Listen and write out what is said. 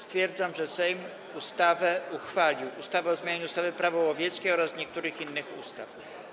Stwierdzam, że Sejm uchwalił ustawę o zmianie ustawy Prawo łowieckie oraz niektórych innych ustaw.